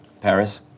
Paris